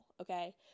okay